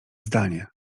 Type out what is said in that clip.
zdanie